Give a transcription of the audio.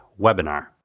webinar